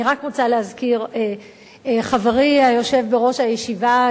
אני רק רוצה להזכיר שחברי היושב בראש הישיבה,